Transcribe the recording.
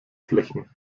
flächen